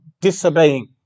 disobeying